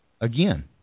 again